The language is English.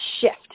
shift